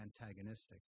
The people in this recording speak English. antagonistic